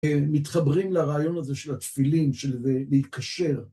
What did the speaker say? מתחברים לרעיון הזה של התפילין, של זה להתקשר.